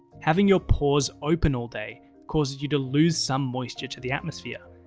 having your pores open all day causes you to lose some moisture to the atmosphere,